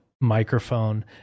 microphone